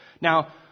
Now